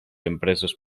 empreses